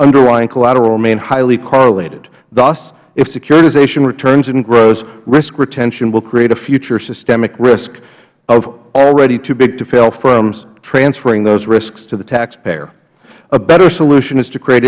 underlying collateral remain highly correlated thus if securitization returns and grows risk retention will create a future systemic risk of already too big to fail firms transferring those risks to the taxpayer a better solution is to create